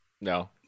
no